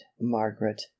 margaret